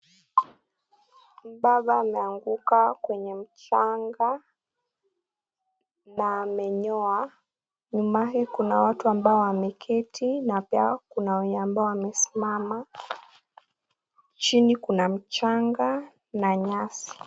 Baba ameanguka kwenye mjanga na amenyoa ,umbali kuna watu ambao wameketi na pia kuna wenye ambao wamesimama ,chini kuna mjanga na nyasi.